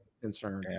concern